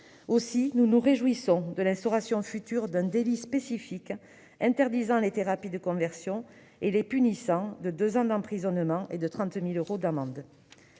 Aussi, nous nous réjouissons de l'instauration future d'un délit spécifique interdisant les thérapies de conversion et les punissant de deux ans d'emprisonnement et de 30 000 euros d'amende.